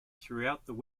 throughout